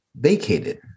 vacated